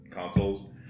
consoles